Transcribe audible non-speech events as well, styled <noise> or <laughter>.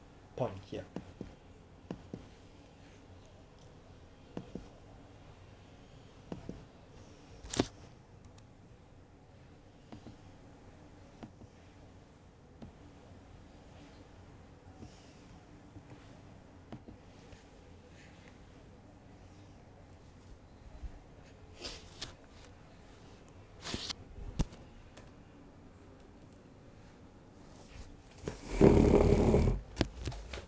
point here <noise>